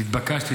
נתבקשתי